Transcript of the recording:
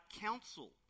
counsel